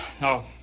no